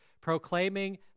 proclaiming